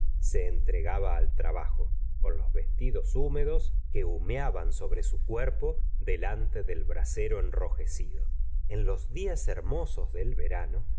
se entregaba al trabajo con los vestidos húmedos que humeaban sobre su cuerpo delante del brasero enrojecido en los días hermosos del verano